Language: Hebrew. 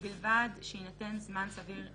ובלבד שיינתן זמן סביר להצבעה,